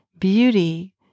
beauty